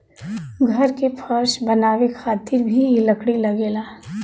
घर के फर्श बनावे खातिर भी इ लकड़ी लगेला